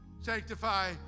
sanctify